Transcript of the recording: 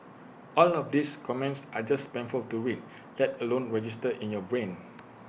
all of these comments are just painful to read that let alone register in your brain